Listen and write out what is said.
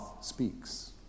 speaks